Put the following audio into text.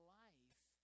life